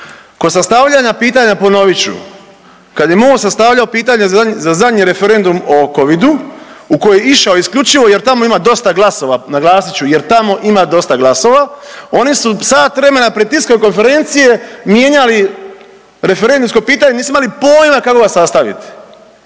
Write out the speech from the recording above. Kod sastavljanja pitanja ponovit ću, kad je MOST sastavljao pitanje za zadnji referendum o Covidu u koji je išao isključivo jer tamo ima dosta glasova, naglasit ću jer tamo ima dosta glasova oni su sat vremena pred tiskovne konferencije mijenjali referendumsko pitanje nisu imali pojma kako ga sastaviti.